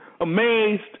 amazed